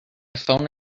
phone